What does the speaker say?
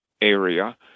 area